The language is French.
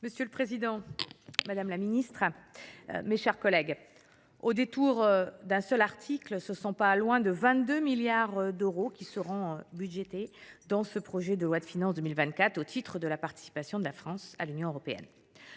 Monsieur le président, madame la secrétaire d’État, mes chers collègues, au détour d’un seul article, ce sont presque 22 milliards d’euros qui sont budgétés dans ce projet de loi de finances 2024, au titre de la participation de la France au budget de l’Union européenne.